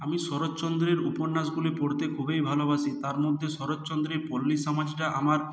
আমি শরৎচন্দ্রের উপন্যাসগুলি পড়তে খুবই ভালোবাসি তার মধ্যে শরৎচন্দ্রের পল্লী সমাজটা আমার